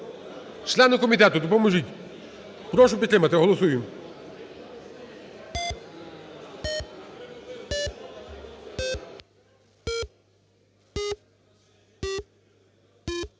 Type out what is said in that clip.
Члени комітету, допоможіть, прошу підтримати, голосуємо.